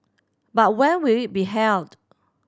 but when will it be held